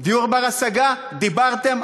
דיור בר-השגה, דיברתם,